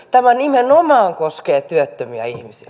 tämä nimenomaan koskee työttömiä ihmisiä